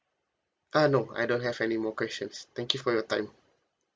uh no I don't have anymore questions thank you for your time